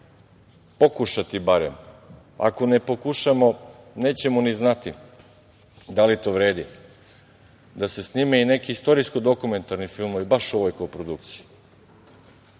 pokušati barem, ako ne pokušamo nećemo ni znati da li to vredi, da se snime i neki istorijsko dokumentarni filmovi baš u ovoj koprodukciji.